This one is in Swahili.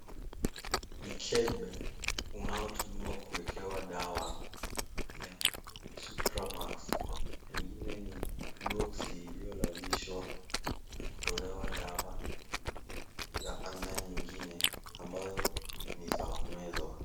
Mikebe, unaotumiwa kuwekewa dawa ya Supramax. Lingine ni boksi iliyolalishwa na kutolewa dawa za aina nyingine ambazo ni za kumezwa.